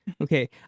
Okay